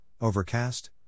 Overcast